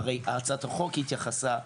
אני הייתי נזהר